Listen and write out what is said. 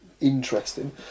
interesting